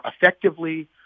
effectively